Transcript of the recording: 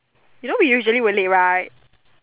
you know we usually will late right